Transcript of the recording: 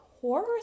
horror